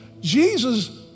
Jesus